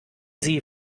sie